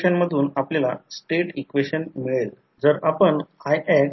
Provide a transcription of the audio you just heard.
तर आणि हे देखील R2 X2 आहे याचा अर्थ हे वाइंडिंग जसे की तेथे काहीच नाही तेथे आयडियल ट्रान्सफॉर्मर आहे